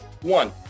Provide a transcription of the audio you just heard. One